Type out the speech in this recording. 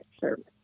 service